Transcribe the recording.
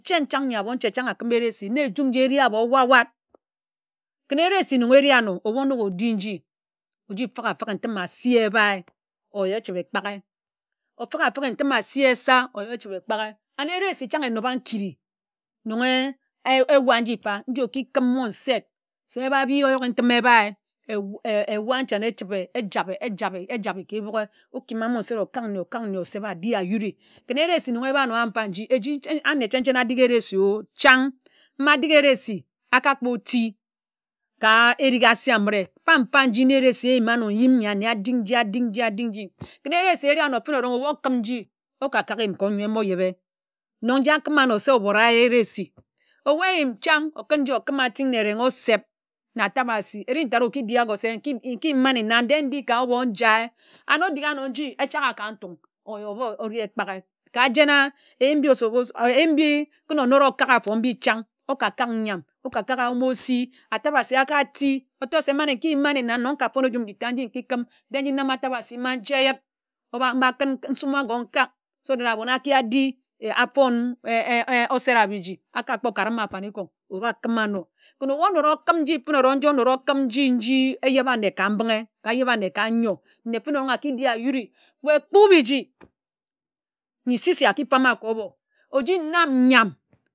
Chen chań ńyi abon che chań akima eresi na eyim nji eri ābo wa wa. ken eresi nnon eri āno ebu onōk odi nji oji fik-e-afik e ntim asi ebae óya ochibe ekpaghe ofik-a-afik e ntim asi esa óya ochibe ekpaghe. And eresi chań enoba nkiri nnon e e ewạ nji mfa nji oki kim mon se se aba bi óyoghe ntim ebae ewa ánchane echibe echabe achabe achabe ka ékpughé okima mba osere okāk nne okak nne adi ayuri ken eresi nnon eba ano o mfa nji eji ane cheń cheń adik eresi o chan mba adik eresi aka kpo oti ka erik ase amire mfa-mfa nji na eresi eyima ano oyim ńyi ane adik nji adik nji adik nji. ken eresi ereh áno fene erong ebu okim nji oka kak ka ónyoe emo yebe. Nnon nji akima ano se obora eresi. owu oyim chan okun nji okim ati nna ereng oseb na atabasi eri ntad oki di āgo se nki yim ma ne nan de ndi ka ōbo njae. And odik ano nji ocha ga ka ntung óya oba ori ekpaghe ka jen a eyim mbi kun onōd a okāk afo mbi chań oká kak nyam oka kak eyumi osi atabasi aka ti. otor se man eki yim mane nan nnon nka fon ejum mbi tad mbi nki kim de nji nam atabasi ma nje yit oba mba kun n̄sum ago nkak so that abon aki adi afon osera biji aka kpo ka'rim afanikon̄ āba kim ano ken ebu orod okim nji fene orod kim ano ken ebu oród okim nji fene orod onod okim nji nji eyebe ane ka mbinghe ka eyebe ane ka nyor. Nne fene erong aki di ayuri. weh kpu biji nyi si si aki fá má ka ōbo oji nnam nyam.